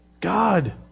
God